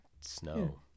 snow